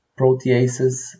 proteases